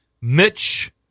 Mitch